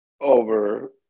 over